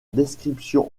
description